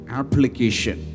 application